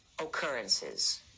occurrences